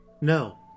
No